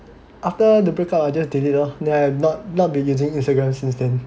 after the break up I just delete lor then I not not been using Instagram since then